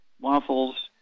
waffles